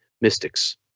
mystics